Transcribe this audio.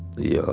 the, ah,